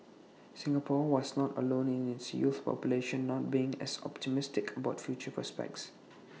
Singapore was not alone in its youth population not being as optimistic about future prospects